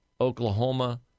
Oklahoma